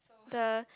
the